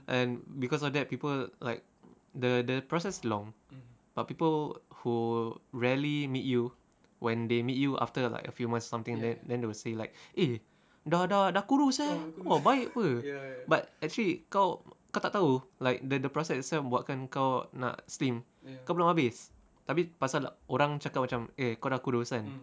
and because of that people like the the process is long but people who rarely meet you when they meet you after like a few months something like that then they will say like eh dah kurus eh sia baik [pe] but actually kau kau tak tahu like th~ the process itself buatkan kau nak slim kau belum habis tapi pasal orang cakap macam eh kau dah kurus kan